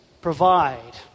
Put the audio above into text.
provide